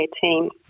team